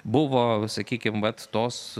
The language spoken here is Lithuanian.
buvo sakykim vat tos